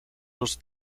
los